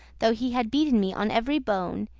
though he had beaten me on every bone,